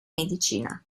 medicina